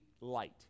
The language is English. light